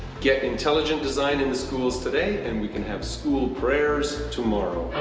get intelligent design in the schools today, and we can have school prayers tomorrow.